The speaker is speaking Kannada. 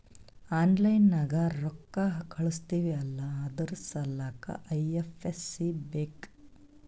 ಆನ್ಲೈನ್ ನಾಗ್ ರೊಕ್ಕಾ ಕಳುಸ್ತಿವ್ ಅಲ್ಲಾ ಅದುರ್ ಸಲ್ಲಾಕ್ ಐ.ಎಫ್.ಎಸ್.ಸಿ ಬೇಕ್